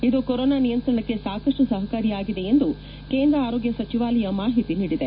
ಇದು ಕೊರೊನಾ ನಿಯಂತ್ರಣಕ್ಕೆ ಸಾಕಷ್ನು ಸಹಕಾರಿಯಾಗಿದೆ ಎಂದು ಕೇಂದ್ರ ಆರೋಗ್ಯ ಸಚಿವಾಲಯ ಮಾಹಿತಿ ನೀಡಿದೆ